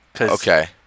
Okay